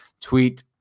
tweet